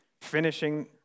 finishing